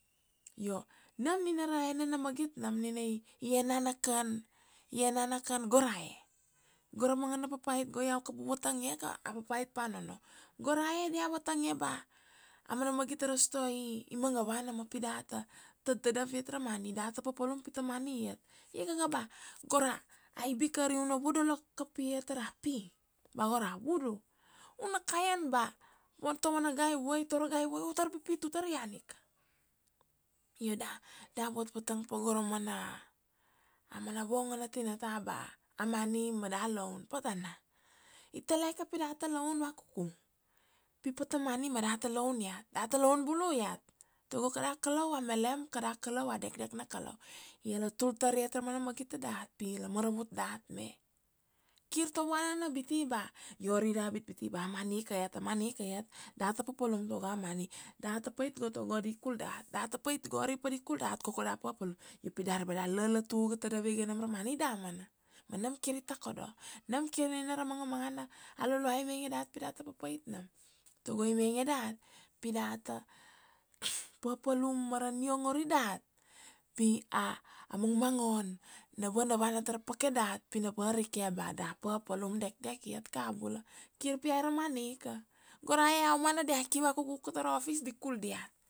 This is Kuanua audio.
io nam nina ra enana magit nam, nina i enana kan, i enana kan go rae. Go ra manga na papait go iau kabu vatang ia ka, a papait pa nono. Go rae dia a vatangia ba a mana magit ta ra store i manga vana ma pi data tad-tadav iat ra money, data papalum pi ta money iat. Ia kaka ba go ra aibika ari u na vodolo kapia ta ra pi, ba go ra vudu, u na kaian ba ta vana gai vuai ta ura gai vuai, u tar pipit, u tar ian ika. Io da, da vatvatang pa go ra mana, a mana vongo na tinata ba a money ma da laun, patana. I taleke pi data laun vakuku, pi pata money ma data laun iat, data laun bulu iat tago kada Kalau amelem, kada Kalau a dekdek na Kalau, ia la tul tar iat ra mana magit ta dat, pi la maravut dat me. Kir ta vuana na biti ba io ari da bit biti ba a money ika iat, a money ika iat, data papalum tago a money, data pait go tago di kul dat, data pait go ari pa di kul dat, koko da papalum. Io pi dari ba da lo-lotu u ga tadav iga nam ra money damana. Ma nam kir i takodo, nam kir nina ra manga mana a Luluai i mainge dat pi data papait nam, tago i mainge dat pi data papalum ma ra niongori dat, pi a mang mangon na vana vana ta ra peke dat, pi na varike ba da papalum dekdek iat kabula. Kir pi ai ra money ika, go rae a umana dia ki vakuku ka ta ra office di kul diat